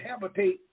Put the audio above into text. habitate